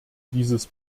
dieses